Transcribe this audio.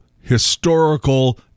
historical